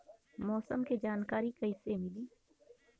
मौसम के जानकारी कैसे मिली?